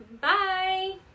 bye